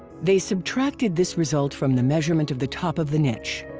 they subtracted this result from the measurement of the top of the niche.